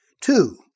Two